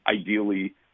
ideally